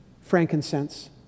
frankincense